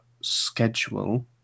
schedule